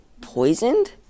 poisoned